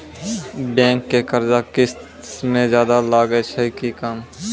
Bank के कर्जा किस्त मे ज्यादा लागै छै कि कम?